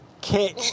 kick